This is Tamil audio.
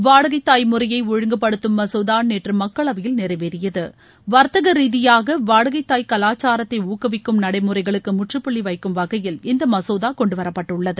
வாடகை தாய் முறையை ஒழுங்கு படுத்தும் மசோதா நேற்று மக்களவையில் நிறைவேறியது வர்த்தக ரீதியாக வாடகை தாய் கலாச்சாரத்தை ஊக்குவிக்கும் நடைமுறைகளுக்கு முற்றுப் புள்ளி வைக்கும் வகையில் இந்த மசோதா கொண்டுவரப்பட்டுள்ளது